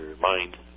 mind